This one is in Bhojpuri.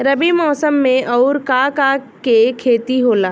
रबी मौसम में आऊर का का के खेती होला?